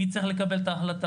מי צריך לקבל את ההחלטה.